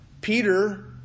Peter